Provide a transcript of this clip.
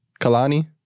Kalani